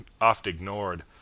oft-ignored